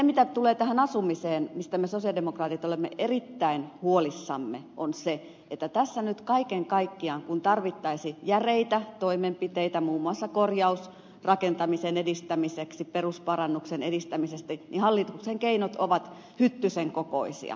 mitä tulee asumiseen se mistä me sosialidemokraatit olemme erittäin huolissamme on se että tässä nyt kaiken kaikkiaan kun tarvittaisiin järeitä toimenpiteitä muun muassa korjausrakentamisen edistämiseksi perusparannuksen edistämiseksi hallituksen keinot ovat hyttysen kokoisia